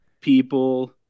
people